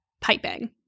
piping